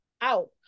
out